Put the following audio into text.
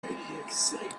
excited